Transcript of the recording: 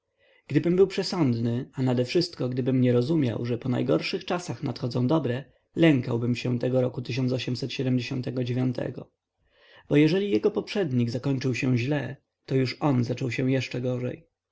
gdybym był przesądny a nadewszystko gdybym nie rozumiał że po najgorszych czasach nadchodzą dobre lękałbym się tego roku go bo jeżeli jego poprzednik zakończył się źle to już on zaczął się jeszcze gorzej